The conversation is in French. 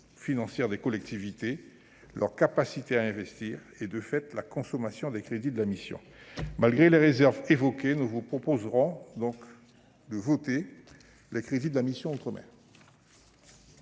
financière des collectivités, leur capacité à investir et le niveau de consommation des crédits de la mission. Malgré les réserves évoquées, nous vous proposerons de voter les crédits de la mission « Outre-mer